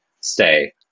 stay